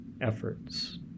efforts